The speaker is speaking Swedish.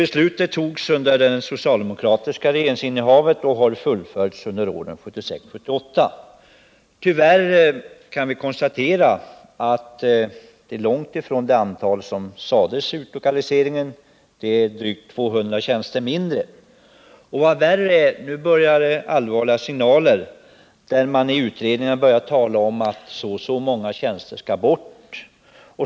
Beslutet togs under socialdemokratiskt regeringsinnehav, och flytthet till Karlstad ningar har genomförts under åren 1976-1978. Tyvärr kan vi konstatera att antalet nya tjänster är långt ifrån det antal som nämndes i beslutet om utlokalisering — det är drygt 200 tjänster färre. Vad som är värre är att det nu börjar komma allvarliga signaler om att så och så många tjänster skall bort.